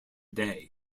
day